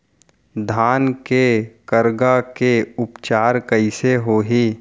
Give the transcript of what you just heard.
धान के करगा के उपचार कइसे होही?